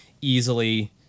easily